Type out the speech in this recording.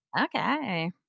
Okay